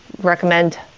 recommend